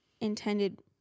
intended